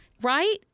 Right